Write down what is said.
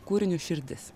kūriniu širdis